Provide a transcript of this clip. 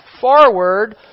forward